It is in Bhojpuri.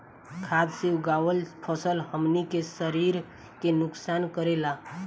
खाद्य से उगावल फसल हमनी के शरीर के नुकसान करेला